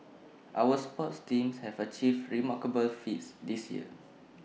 our sports teams have achieved remarkable feats this year